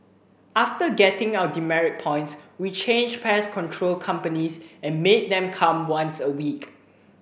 after getting our demerit points we changed pest control companies and made them come once a week